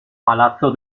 palazzo